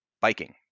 biking